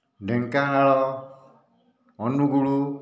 Dhenkanal Angul